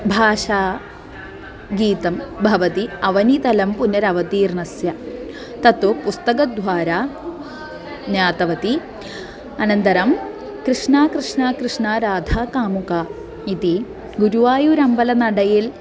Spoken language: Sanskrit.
भाषायां गीतं भवति अवनितलं पुनरवतीर्णस्यात् तत् पुस्तकद्वारा ज्ञातवती अनन्तरं कृष्णा कृष्णा कृष्णा राधाकामुका इति गुरुवायुरम्बलनडैल्